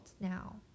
now